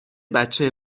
بچه